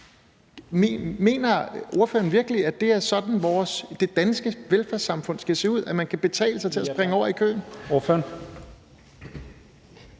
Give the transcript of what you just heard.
Mener ordføreren virkelig, at det er sådan, det danske velfærdssamfund skal se ud, altså at man kan betale sig til at springe over i køen?